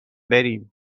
بریم